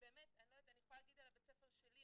אני יכולה להגיד על בית הספר שלי,